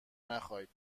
نخایید